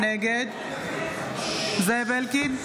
נגד זאב אלקין,